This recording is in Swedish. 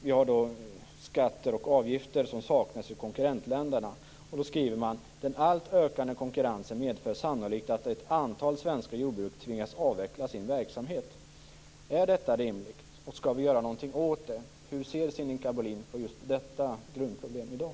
Vi har också skatter och avgifter som saknas i konkurrentländerna. Man skriver: "Den allt ökande konkurrensen medför sannolikt att ett antal svenska jordbruk tvingas avveckla sin verksamhet." Hur ser Sinikka Bohlin på just detta grundproblem i dag?